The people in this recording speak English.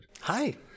Hi